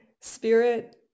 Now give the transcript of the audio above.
spirit